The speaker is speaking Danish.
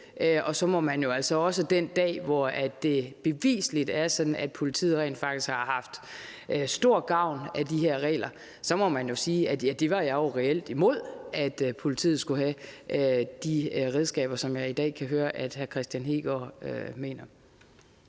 og så må man jo så også den dag, hvor det bevisligt er sådan, at politiet rent faktisk har haft stor gavn af de her regler, sige: Jeg var reelt imod, at politiet skulle have de redskaber. Det er det, jeg i dag kan høre hr. Kristian Hegaard mener.